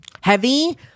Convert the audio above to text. heavy